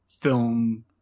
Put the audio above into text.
film